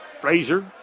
Frazier